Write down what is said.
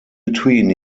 between